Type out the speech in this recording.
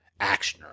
actioner